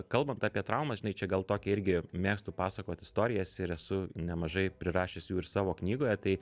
kalbant apie traumas žinai čia gal tokią irgi mėgstu pasakot istorijas ir esu nemažai prirašęs jų ir savo knygoje tai